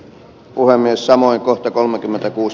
puhemies äänestää jaa